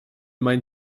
mein